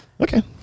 Okay